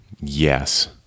Yes